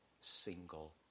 single